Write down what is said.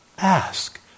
Ask